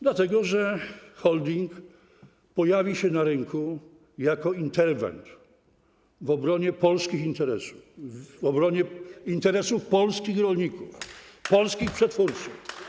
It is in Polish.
Dlatego że holding pojawi się na rynku jako interwent w obronie polskich interesów, w obronie interesów polskich rolników, polskich przetwórców.